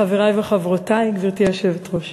גברתי היושבת-ראש,